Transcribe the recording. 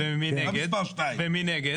ומנגד